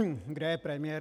Kde je premiér?